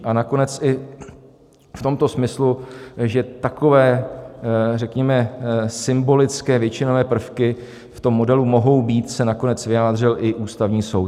A nakonec i v tomto smyslu, že takové řekněme symbolické většinové prvky v tom modelu mohou být, se nakonec vyjádřil i Ústavní soud.